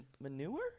Manure